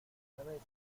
cabeza